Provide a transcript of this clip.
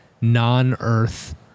non-earth